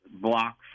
block